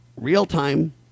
Real-time